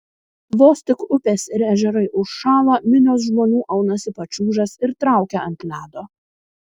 vos tik upės ir ežerai užšąla minios žmonių aunasi pačiūžas ir traukia ant ledo